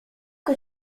que